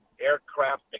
aircraft